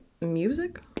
music